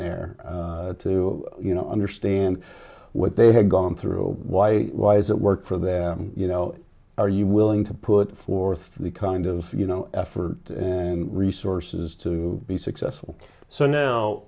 there to you know understand what they had gone through why why is it work for them you know are you willing to put forth the kind of you know effort and resources to be successful so now